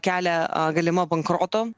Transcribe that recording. kelia galima bankroto